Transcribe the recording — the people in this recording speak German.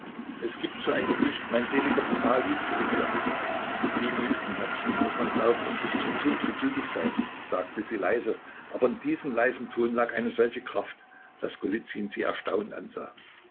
es gibt so ein gedicht mein seliger papa liebte es sehr demüt'gen herzens muß man glauben und bis zum tod geduldig sein sagte sie leise aber in diesem leisen ton lag eine solche kraft daß golizyn sie erstaunt ansah